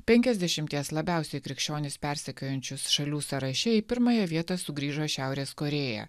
penkiasdešimties labiausiai krikščionis persekiojančius šalių sąraše į pirmąją vietą sugrįžo šiaurės korėja